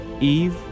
Eve